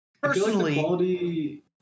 Personally